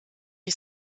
die